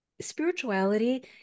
spirituality